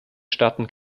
staaten